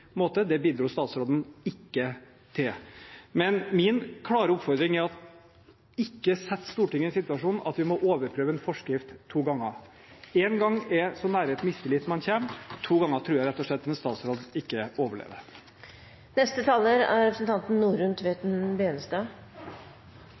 måte. Det bidro ikke statsråden til. Min klare oppfordring er: Ikke sett Stortinget i den situasjonen at vi må overprøve en forskrift to ganger. Én gang er så nær mistillit man kommer, to ganger tror jeg rett og slett en statsråd ikke overlever. Det er